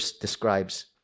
describes